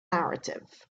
narrative